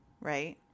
right